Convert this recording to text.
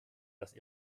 das